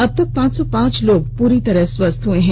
अब तक पांच सौ पांच लोग पूरी तरह स्वस्थ हो चुके हैं